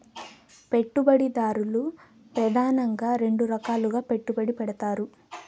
పెట్టుబడిదారులు ప్రెదానంగా రెండు రకాలుగా పెట్టుబడి పెడతారు